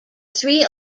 three